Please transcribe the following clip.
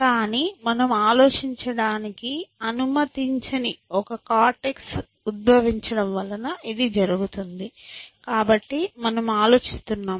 కానీ మనం ఆలోచించటానికి అనుమతించిన ఒక కార్టెక్స్ ఉద్బవించడం వలన ఇది జరుగుతుంది కాబట్టి మనము ఆలోచిస్తున్నాము